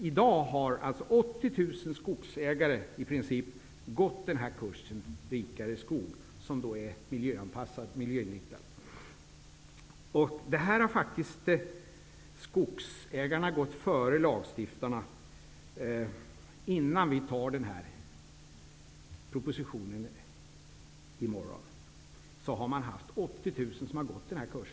I dag har 80 000 skogsägare i princip gått kursen Rikare skog, som är miljöinriktad. Här har skogsägarna gått före lagstiftarna. Redan innan propositionen antas i morgon har 80 000 gått denna kurs.